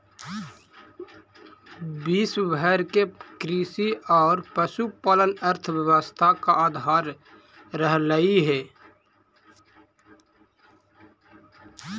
विश्व भर में कृषि और पशुपालन अर्थव्यवस्था का आधार रहलई हे